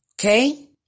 Okay